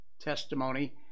testimony